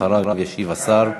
אחריו ישיב השר.